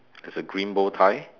there's a green bowtie